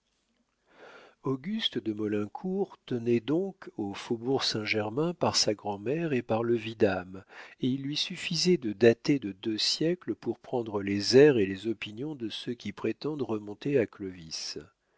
auguste de maulincour tenait donc au faubourg saint-germain par sa grand'mère et par le vidame et il lui suffisait de dater de deux siècles pour prendre les airs et les opinions de ceux qui prétendent remonter à clovis